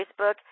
Facebook